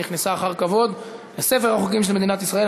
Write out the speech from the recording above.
ונכנסה אחר כבוד לספר החוקים של מדינת ישראל.